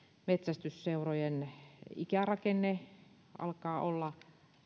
metsästysseurojen ikärakenne alkaa olla